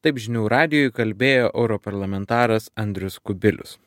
taip žinių radijui kalbėjo europarlamentaras andrius kubilius